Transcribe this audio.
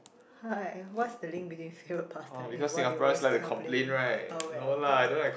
hi what's the link between favorite pastime and what do you always kind of play oh well ya